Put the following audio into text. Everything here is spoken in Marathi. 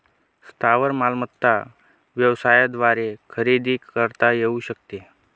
स्थावर मालमत्ता व्यवसायाद्वारे खरेदी करता येऊ शकते